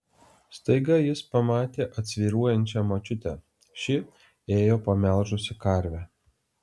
staiga jis pamatė atsvyruojančią močiutę ši ėjo pamelžusi karvę